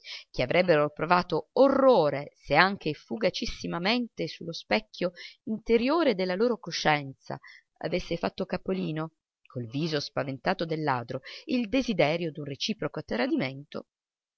che avrebbero provato orrore se anche fugacissimamente su lo specchio interiore della loro coscienza avesse fatto capolino col viso spaventato del ladro il desiderio d'un reciproco tradimento